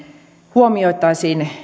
huomioitaisiin